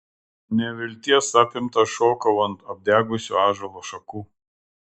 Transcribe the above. nevilties apimtas šokau ant apdegusių ąžuolo šakų